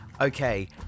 Okay